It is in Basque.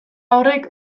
horrek